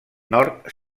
nord